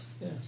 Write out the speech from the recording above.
yes